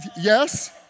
Yes